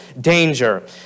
danger